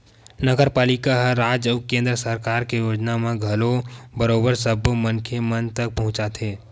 नगरपालिका ह राज अउ केंद्र सरकार के योजना मन ल घलो बरोबर सब्बो मनखे मन तक पहुंचाथे